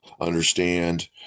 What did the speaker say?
understand